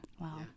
wow